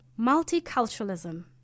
Multiculturalism